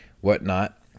whatnot